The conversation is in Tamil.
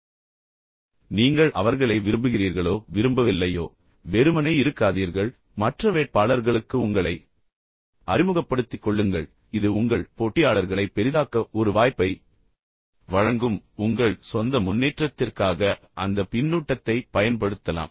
எனவே நீங்கள் அவர்களை விரும்புகிறீர்களோ விரும்பவில்லையோ அவர்களை முறைத்துப் பார்க்காதீர்கள் வெறுமனே இருக்காதீர்கள் மற்ற வேட்பாளர்களுக்கு உங்களை அறிமுகப்படுத்திக் கொள்ளுங்கள் இது உங்கள் போட்டியாளர்களை பெரிதாக்க ஒரு வாய்ப்பை வழங்கும் பின்னர் பின்னர் உங்கள் சொந்த முன்னேற்றத்திற்காக அந்த பின்னூட்டத்தைப் பயன்படுத்தலாம்